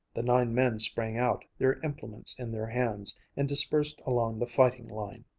the nine men sprang out, their implements in their hands, and dispersed along the fighting-line.